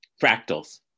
fractals